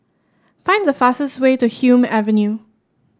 find the fastest way to Hume Avenue